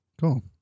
Cool